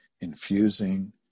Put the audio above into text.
infusing